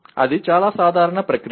అది చాలా సాధారణ ప్రక్రియ